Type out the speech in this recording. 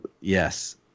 yes